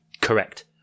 correct